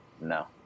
no